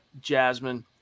Jasmine